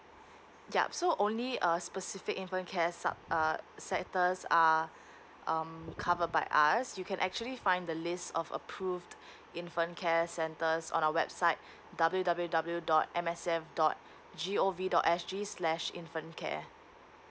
yup so only a specific infant care sub~ err sectors are um covered by us you can actually find the list of approved infant care centers on our website W W W dot M S F dot G O V dot S G slash infant care